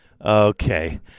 Okay